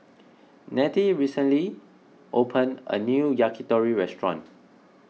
Nettie recently opened a new Yakitori restaurant